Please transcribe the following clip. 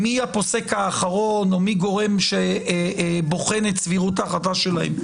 מי הפוסק האחרון או מי גורם שבוחן את סבירות ההחלטה שלהם.